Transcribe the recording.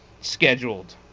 scheduled